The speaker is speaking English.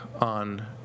on